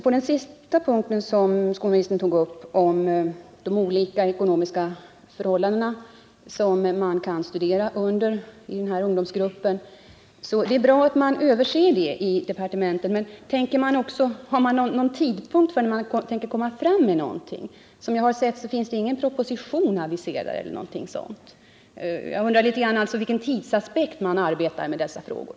På den sista punkten som skolministern tog upp — om de olika ekonomiska förhållanden som gäller i den här ungdomsgruppen vid studier — tycker jag det är bra att man i departementet gör en översyn. Men har man aviserat någon tidpunkt när man tänker komma fram med förslag? Såvitt jag har sett finns det ingen proposition aviserad. Jag undrar därför vilken tidsaspekt man har när man arbetar med dessa frågor.